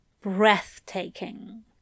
Breathtaking